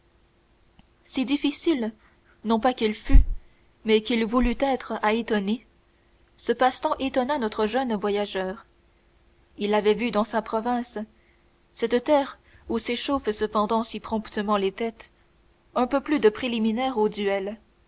si difficile non pas qu'il fût mais qu'il voulût être à étonner ce passe-temps étonna notre jeune voyageur il avait vu dans sa province cette terre où s'échauffent cependant si promptement les têtes un peu plus de préliminaires aux duels